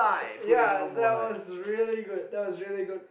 yea that was really good that was really good